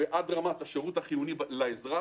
עד רמת השירות החיוני לאזרח,